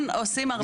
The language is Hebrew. עושים הרבה,